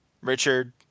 Richard